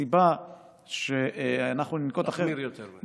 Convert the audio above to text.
סיבה שאנחנו ננקוט אחרת, נחמיר יותר מהן.